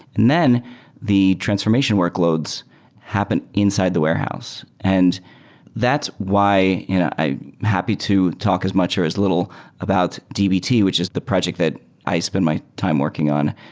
and then the transformation workloads happen inside the warehouse, and that's why you know i'm happy to talk as much or as little about dbt, which is the project that i spent my time working on.